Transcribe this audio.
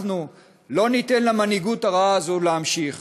אנחנו לא ניתן למנהיגות הרעה הזאת להמשיך.